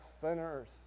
sinners